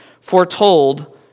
foretold